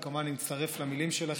וכמובן אני מצטרף למילים שלכם.